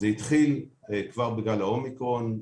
זה התחיל כבר בגל האומיקרון,